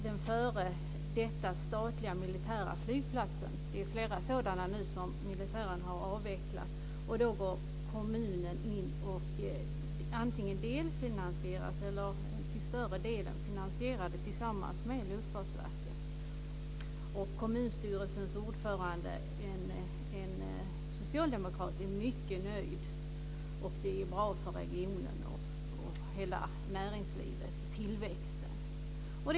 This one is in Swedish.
Det är flera statliga militära flygplatser som militären har avvecklat. Och då går kommunen in och antingen delfinansiserar eller finansierar till större delen tillsammans med Luftfartsverket. Detta kan vi se exempel på i Halmstad. Kommunstyrelsens ordförande, en socialdemokrat, är mycket nöjd. Det är bra för regionen och för hela näringslivet och tillväxten.